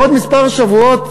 בעוד כמה שבועות